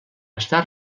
està